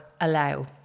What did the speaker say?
allow